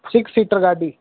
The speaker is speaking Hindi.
सिक्स सीटर गाड़ी